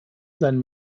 sein